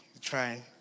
Trying